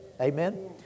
Amen